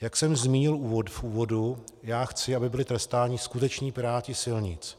Jak jsem zmínil v úvodu, já chci, aby byli trestáni skuteční piráti silnic.